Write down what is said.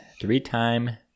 three-time